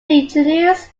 introduce